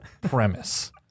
premise